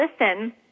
listen